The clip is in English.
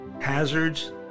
hazards